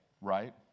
Right